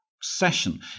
session